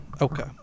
Okay